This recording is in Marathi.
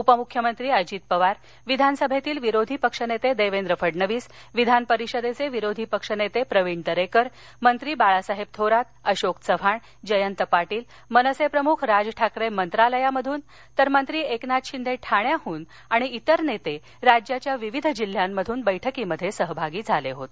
उपमुख्यमंत्री अजित पवार विधानसभेतील विरोधी पक्षनेते देवेंद्र फडणवीस विधानपरिषदेचे विरोधी पक्षनेते प्रवीण दरेकर मंत्री बाळासाहेब थोरात अशोक चव्हाण जयंत पाटील मनसे प्रमुख राज ठाकरे मंत्रालयातून तर मंत्री एकनाथ शिंदे ठाण्याहून आणि इतर नेते राज्याच्या विविध जिल्ह्यांतून बैठकीत सहभागी झाले होते